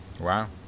Wow